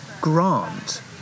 Grant